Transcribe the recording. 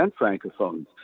francophones